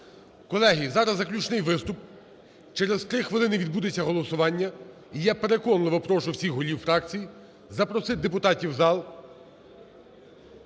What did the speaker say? Колеги, зараз заключний виступ, через 3 хвилини відбудеться голосування, і я переконливо прошу всіх голів фракцій запросити депутатів в зал.